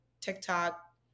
TikTok